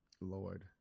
Lord